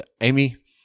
Amy